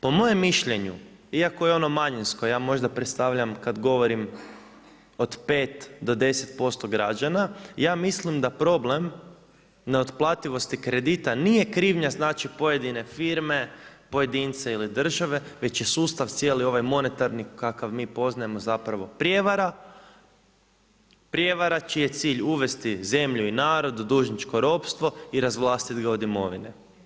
Po mojem mišljenju, iako je ono manjinsko, ja možda predstavljam kada govorim od 5 do 10% građana, ja mislim da problem neotplativosti kredita nije krivnja znači pojedine firme, pojedinca ili države već je sustav cijeli ovaj monetarni kakav mi poznajemo zapravo prijevara, prijevara čiji je cilj uvesti zemlju i narod u dužničko ropstvo i razvlastiti ga od imovine.